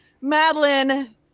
Madeline